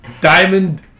Diamond